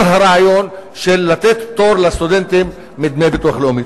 הרעיון לתת פטור לסטודנטים מדמי ביטוח לאומי.